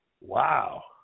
Wow